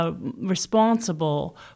Responsible